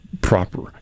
proper